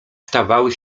stawały